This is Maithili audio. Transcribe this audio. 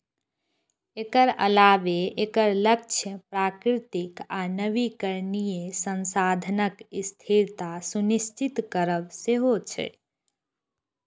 एकर अलावे एकर लक्ष्य प्राकृतिक आ नवीकरणीय संसाधनक स्थिरता सुनिश्चित करब सेहो छै